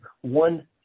one